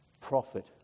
profit